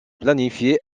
planifiée